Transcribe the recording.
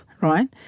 right